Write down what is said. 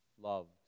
loved